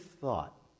thought